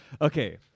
Okay